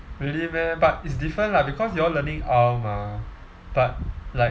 really meh but it's different lah because you all learning all mah but like